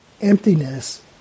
emptiness